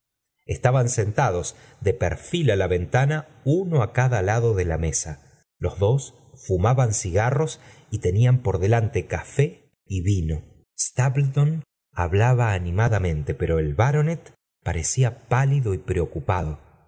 estaban sentados de perfil á a ventana uno á cada lado de la sdo fumaban cigarros y tenían por dolante café y vino stapleton hablaba animadamente pero el bar o net paiecía pálido y preocupado